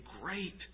great